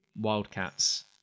Wildcats